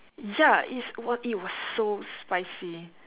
ya it's were it was so spicy